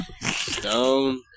Stone